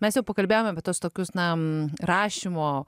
mes jau pakalbėjome apie tuos tokius na rašymo